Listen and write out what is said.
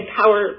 power